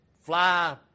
fly